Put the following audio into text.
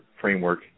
framework